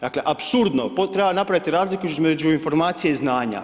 Dakle, apsurdno, treba napraviti razliku između informacija i znanja.